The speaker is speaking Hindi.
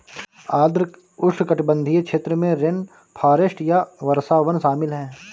आर्द्र उष्णकटिबंधीय क्षेत्र में रेनफॉरेस्ट या वर्षावन शामिल हैं